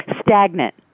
Stagnant